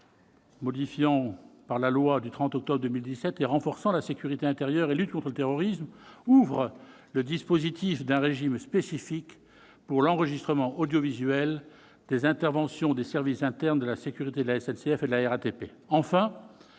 collectifs de voyageurs, modifiée par la loi du 30 octobre 2017 renforçant la sécurité intérieure et la lutte contre le terrorisme, a créé un dispositif spécifique pour l'enregistrement audiovisuel des interventions des services internes de sécurité de la SNCF et de la RATP.